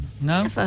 No